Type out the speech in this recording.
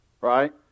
Right